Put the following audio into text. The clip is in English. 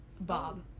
Bob